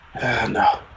No